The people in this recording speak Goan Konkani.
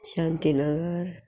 शांतीनगर